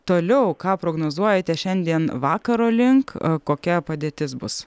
toliau ką prognozuojate šiandien vakaro link kokia padėtis bus